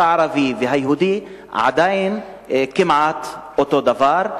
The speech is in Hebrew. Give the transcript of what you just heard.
הערבי והיהודי עדיין כמעט אותו הדבר,